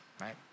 right